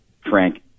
frank